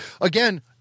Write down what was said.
again